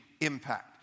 impact